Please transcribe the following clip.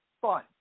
fun